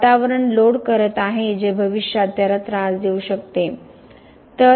वातावरण लोड करत आहे जे भविष्यात त्याला त्रास देऊ शकते